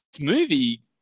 movie